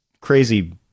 crazy